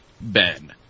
Ben